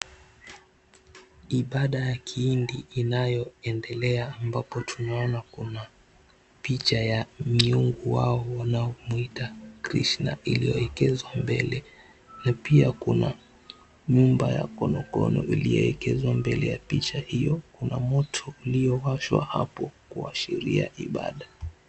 Ibada ya kihindi, inayoendelea ambapo tunaona kuna picha ya miungu wao wanaomwita Krishna ilioekezwa mbele na pia kuna nyumba ya konokono iliyoekezwa mbele ya picha hio, kuna moto uliowashwa hapo, kuashiria ibada.